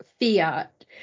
Fiat